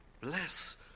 bless